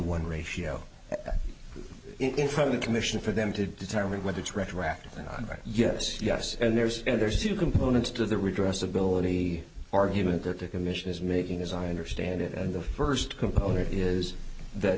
one ratio in from the commission for them to determine whether it's retroactive right yes yes and there's no there's two components to the redress ability argument that the commission is making as i understand it and the first component is that